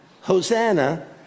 Hosanna